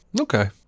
Okay